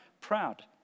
proud